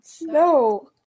No